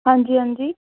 आं जी आं जी